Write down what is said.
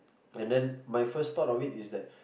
and then my first thought of it is that